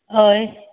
हय